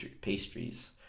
pastries